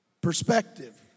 perspective